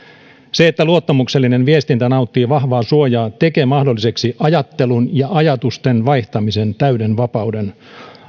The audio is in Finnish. se että luottamuksellinen viestintä nauttii vahvaa suojaa tekee mahdolliseksi ajattelun ja ajatusten vaihtamisen täyden vapauden